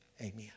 Amen